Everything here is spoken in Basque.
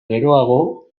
geroago